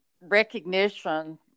recognition